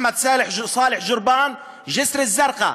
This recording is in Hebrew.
אחמד סאלח ג'ורבאן, ג'סר א-זרקא.